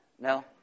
No